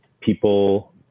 people